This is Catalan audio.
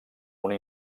una